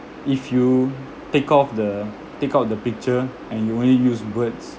if you take off the take out the picture and you only use words